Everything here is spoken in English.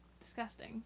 disgusting